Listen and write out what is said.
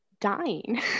dying